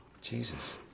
Jesus